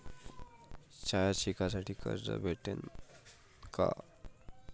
शाळा शिकासाठी कर्ज भेटन का?